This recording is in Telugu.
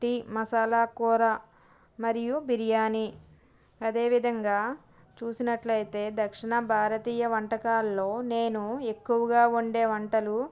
టీ మసాలా కూర మరియు బిర్యాని అదేవిధంగా చూసినట్లయితే దక్షిణ భారతీయ వంటకాలలో నేను ఎక్కువగా వండే వంటలు